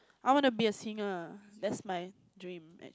I want to be a singer that's my dream